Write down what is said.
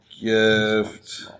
gift